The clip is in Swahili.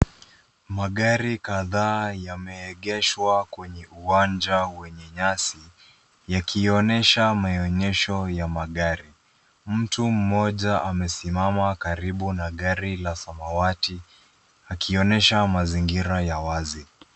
Magari kadhaa yameegeshwa kwenye uwanja wenye nyasi, yakionyesha maonyesho ya magari. Mtu mmoja amesimama karibu na gari la samawati, akionyesha mazingira ya wazi.